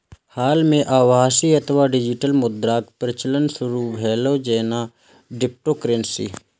हाल मे आभासी अथवा डिजिटल मुद्राक प्रचलन शुरू भेलै, जेना क्रिप्टोकरेंसी